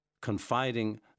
confiding